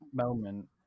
moment